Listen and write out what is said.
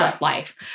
life